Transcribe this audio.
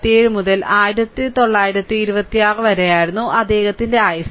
1857 മുതൽ 1926 വരെയായിരുന്നു അദ്ദേഹത്തിന്റെ ആയുസ്സ്